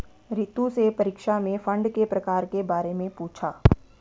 रितु से परीक्षा में फंड के प्रकार के बारे में पूछा